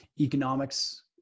economics